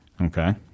Okay